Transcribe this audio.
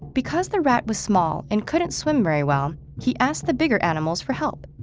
because the rat was small and couldn't swim very well, he asked the bigger animals for help.